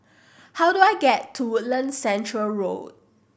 how do I get to Woodlands Centre Road